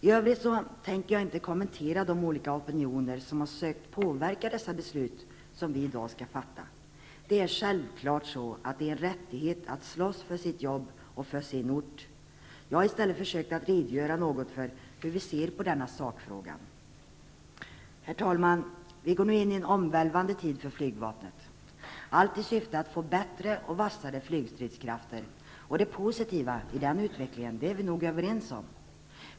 I övrigt tänker jag inte kommentera de olika opinioner som har försökt påverka de beslut som vi skall fatta i dag. Det är självklart så att det är en rättighet att slåss för sitt jobb och för sin ort. Jag har i stället försökt att något redogöra för hur vi ser på denna sakfråga. Herr talman! Vi går nu in i en omvälvande tid för flygvapnet; allt i syfte att få bättre och vassare flygstridskrafter. Det positiva i den utvecklingen är vi nog överens om.